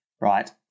right